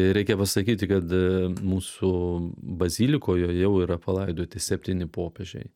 reikia pasakyti kad mūsų bazilikoje jau yra palaidoti septyni popiežiai